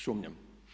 Sumnjam.